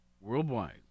worldwide